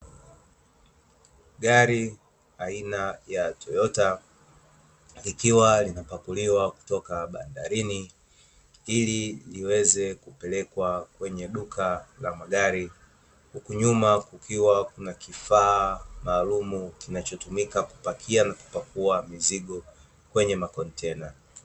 Gari aina ya Toyota likiwa linapakuliwa kutoka bandarini, ili liweze kupelekwa kwenye duka la magari, Huku nyuma kukiwa na kifaa maalumu kinachotumika kupakia na kupakua mizigo kwenye makontena .